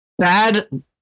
Bad